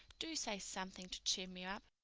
do say something to cheer me up.